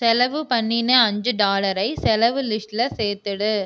செலவு பண்ணின அஞ்சு டாலரை செலவு லிஸ்டில் சேர்த்திடு